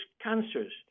cancers